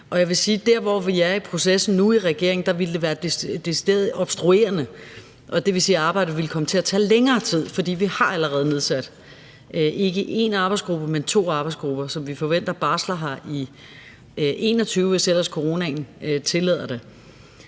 der, hvor vi er i processen nu i regeringen, ville være decideret obstruerende, og det vil sige, at arbejdet ville komme til at tage længere tid, for vi har allerede nedsat ikke bare én arbejdsgruppe, men to arbejdsgrupper, som vi forventer barsler her i 2021, hvis ellers coronaen tillader det.